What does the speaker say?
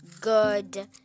good